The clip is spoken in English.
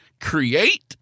create